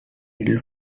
middle